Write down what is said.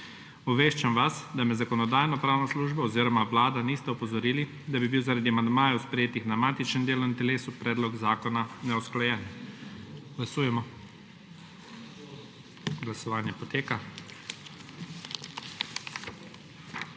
Obveščam vas, da me Zakonodajno-pravna služba oziroma Vlada nista opozorili, da bi bil zaradi amandmajev, sprejetih na matičnem delovnem telesu, predlog zakona neusklajen. Glasujemo. Navzočih